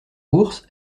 bourse